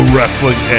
Wrestling